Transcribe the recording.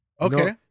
Okay